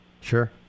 Sure